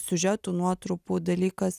siužetų nuotrupų dalykas